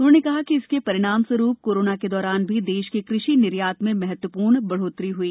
उन्होंने कहा कि इसके परिणामस्वरूप कोरोना के दौरान भी देश के कृषि निर्यात में महत्वपूर्ण बढ़ोतरी हई